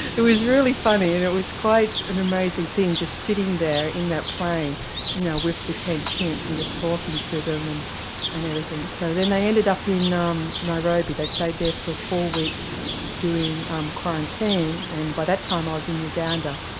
it was really funny and it was quite an amazing thing just sitting there in that plane you know with the ten chimps and just talking to them and and everything. so then they ended up in you know um nairobi, they stayed there for four weeks doing um quarantine, and by that time i was in uganda.